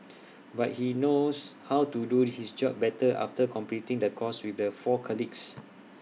but he now knows how to do his job better after completing the course with the four colleagues